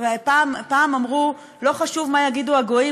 פעם אמרו: לא חשוב מה יגידו הגויים,